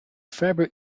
fabric